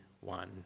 one